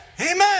Amen